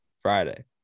Friday